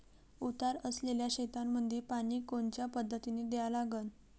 उतार असलेल्या शेतामंदी पानी कोनच्या पद्धतीने द्या लागन?